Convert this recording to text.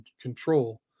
Control